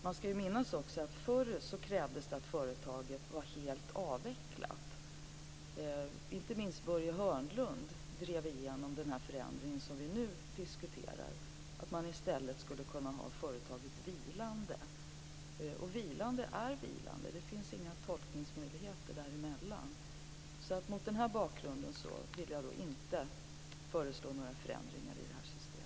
Man skall också minnas att det förr krävdes att företaget var helt avvecklat. Börje Hörnlund var med och drev igenom den förändring som vi nu diskuterar, nämligen att företaget i stället skulle kunna vara vilande. Och vilande är vilande: Det finns inga tolkningsmöjligheter i det avseendet. Mot den här bakgrunden vill jag inte föreslå några förändringar i det här systemet.